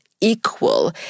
equal